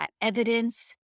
evidence